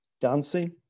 Dancing